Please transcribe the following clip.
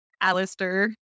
Alistair